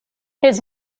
his